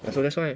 and so that's why